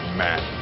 man